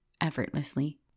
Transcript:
effortlessly